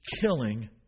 killing